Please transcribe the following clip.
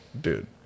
dude